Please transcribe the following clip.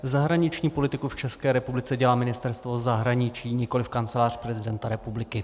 Zahraniční politiku v České republice dělá Ministerstvo zahraničí, nikoliv Kancelář prezidenta republiky.